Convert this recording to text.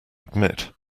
admit